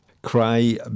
Cry